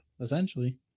essentially